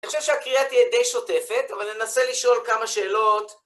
אני חושב שהקריאה תהיה די שוטפת, אבל אני אנסה לשאול כמה שאלות.